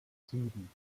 sieben